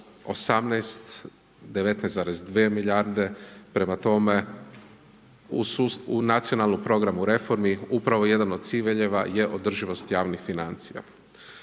18, 19,2 milijarde, prema tome, u nacionalnom programu reformi upravo jedan od ciljeva je održivost javnih financija.